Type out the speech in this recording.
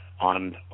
on